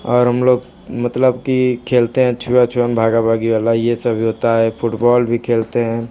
और हम लोग मतलब कि खेलते हैं छुआ छुआन भागा भागी वाला ये सब भी होता है फुटबॉल भी खेलते हैं